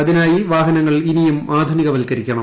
അതിനായി വാഹനങ്ങൾ ഇനിയും ആധുനികവത്കരിക്കണം